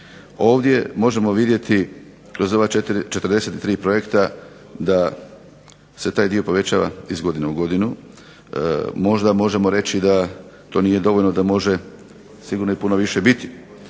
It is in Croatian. Ovdje možemo vidjeti kroz ova 43 projekta da se taj dio povećava iz godine u godinu. Možda možemo reći da to nije dovoljno, da može sigurno i puno više biti,